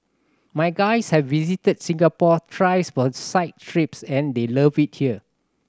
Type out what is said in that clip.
my guys have visited Singapore thrice for site trips and they loved it here